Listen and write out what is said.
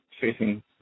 facing